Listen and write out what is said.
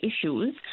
issues